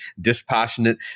dispassionate